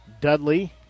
Dudley